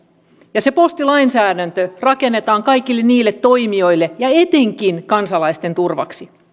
ja se postilainsäädäntö rakennetaan kaikille niille toimijoille ja etenkin kansalaisten turvaksi